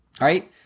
right